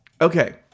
okay